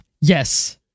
Yes